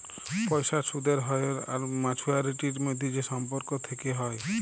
পয়সার সুদের হ্য়র আর মাছুয়ারিটির মধ্যে যে সম্পর্ক থেক্যে হ্যয়